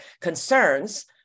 concerns